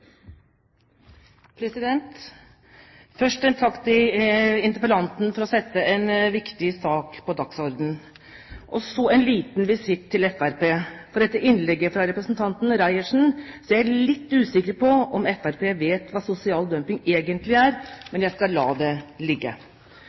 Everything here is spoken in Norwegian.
en liten visitt til Fremskrittspartiet, for etter innlegget fra representanten Reiertsen er jeg litt usikker på om Fremskrittspartiet vet hva sosial dumping egentlig er,